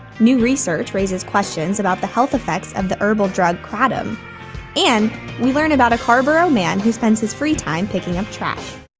new research raises questions about the health effects of the herbal drug kratom and we learned about a carrboro man who spends his free time picking up trash.